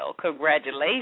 congratulations